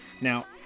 Now